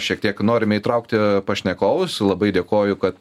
šiek tiek norime įtraukti pašnekovus labai dėkoju kad